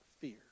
fear